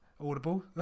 Audible